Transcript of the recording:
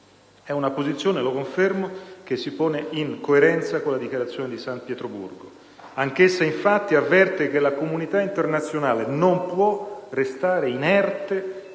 È una posizione, lo confermo, che si pone in coerenza con la Dichiarazione di San Pietroburgo: anch'essa, infatti, avverte che la comunità internazionale non può restare inerte